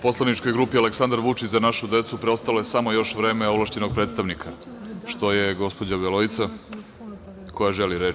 Poslaničkoj grupi Aleksandar Vučić – za našu decu preostalo je samo još vreme ovlašćenog predstavnika, što je gospođa Beloica, koja želi reč.